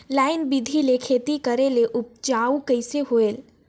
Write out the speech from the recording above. Line बिधी ले खेती करेले उपजाऊ कइसे होयल?